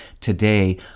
Today